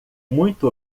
muito